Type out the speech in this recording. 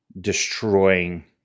destroying